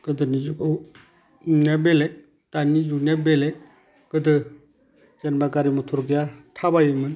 गोदोनि जुगावनिया बेलेक दानि जुगनिया बेलेक गोदो जेनेबा गारि मथर गैया थाबायोमोन